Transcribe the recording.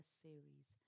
series